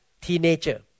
teenager